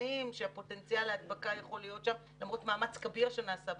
מבינים שפוטנציאל ההדבקה יכול להיות שם למרות מאמץ כביר שנעשה בפנימיות,